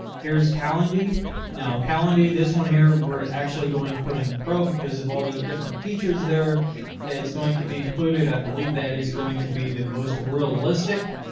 here's calendar now, calendar. this one here. we're actually going to put in the pro because of all the different features features there that is going to be included. i believe that is going to be the most realistic